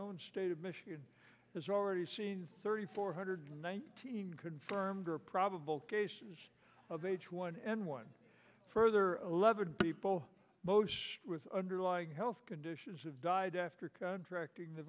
own state of michigan has already seen thirty four hundred nineteen confirmed or probable cases of h one n one further eleven people with underlying health conditions have died after contracting the